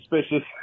suspicious